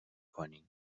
کنی